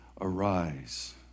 arise